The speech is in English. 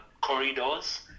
corridors